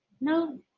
No